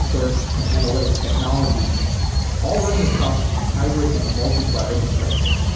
search and analytics technology all running across hybrid and multi-cloud infrastructure.